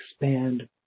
expand